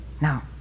Now